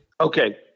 Okay